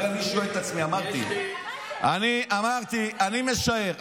הרי אני שואל את עצמי, אמרתי, אמרתי שאני משער.